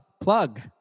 plug